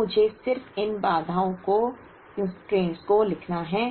तो मुझे सिर्फ इन बाधाओं को लिखना है